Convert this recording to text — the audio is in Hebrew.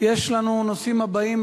יש לנו הנושאים הבאים,